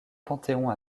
panthéon